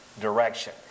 direction